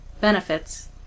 benefits